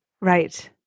Right